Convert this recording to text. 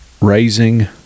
raising